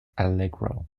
allegro